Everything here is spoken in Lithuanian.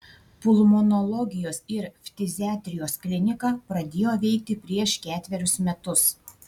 pulmonologijos ir ftiziatrijos klinika pradėjo veikti prieš ketverius metus